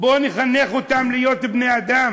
בואו נחנך אותם להיות בני-אדם.